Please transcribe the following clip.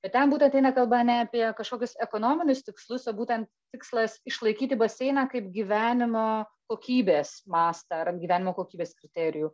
bet ten būt ateina kalba ne apie kažkokius ekonominius tikslus o būtent tikslas išlaikyti baseiną kaip gyvenimo kokybės mastą ar gyvenimo kokybės kriterijų